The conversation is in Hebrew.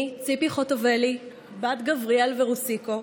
אני, ציפי חוטובלי, בת גבריאל ורוסיקו,